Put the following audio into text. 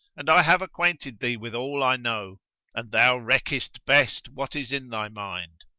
and i have acquainted thee with all i know and thou reckest best what is in thy mind.